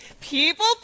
People